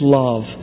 love